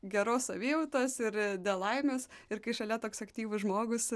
geros savijautos ir dėl laimės ir kai šalia toks aktyvus žmogus